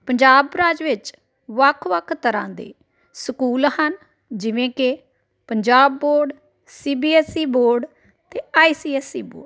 ਪੰਜਾਬ ਰਾਜ ਵਿੱਚ ਵੱਖ ਵੱਖ ਤਰ੍ਹਾਂ ਦੇ ਸਕੂਲ ਹਨ ਜਿਵੇਂ ਕਿ Punjab board C B S E board ਅਤੇ I C S E board